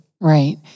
Right